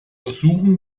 ersuchen